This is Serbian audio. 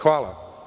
Hvala.